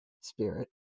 spirit